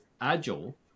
Agile